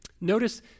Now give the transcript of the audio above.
Notice